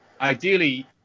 ideally